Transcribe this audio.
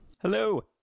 Hello